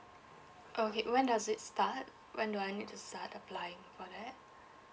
okay when does it start when do I need to start applying for that